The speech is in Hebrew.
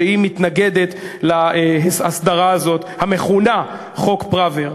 שהיא מתנגדת להסדרה הזאת המכונה חוק פראוור.